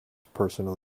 personal